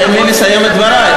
תן לי לסיים את דברי.